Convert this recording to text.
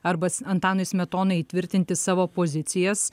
arba antanui smetonai įtvirtinti savo pozicijas